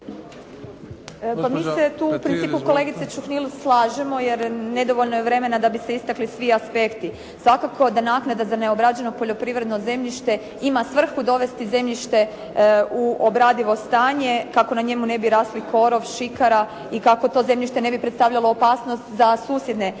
mi se tu u principu kolegice Čuhnil slažemo, jer nedovoljno je vremena da bi se istakli svi aspekti. Svakako da naknada za neobrađeno poljoprivredno zemljište ima svrhu dovesti zemljište u obradivo stanje kako na njemu ne bi rasli korov, šikara i kako to zemljište ne bi predstavljalo opasnost za susjedne parcele.